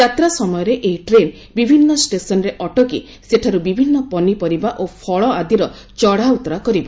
ଯାତ୍ରା ସମୟରେ ଏହି ଟ୍ରେନ୍ ବିଭିନ୍ନ ଷ୍ଟେସନ୍ରେ ଅଟକି ସେଠାରୁ ବିଭିନ୍ନ ପରିପରିବା ଓ ଫଳ ଆଦିର ଚଢ଼ା ଉତରା କରିବ